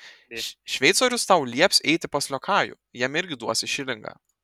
šveicorius tau lieps eiti pas liokajų jam irgi duosi šilingą